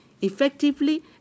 effectively